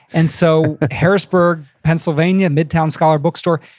and so harrisburg, pennsylvania, midtown scholar bookstore,